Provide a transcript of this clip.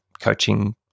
coaching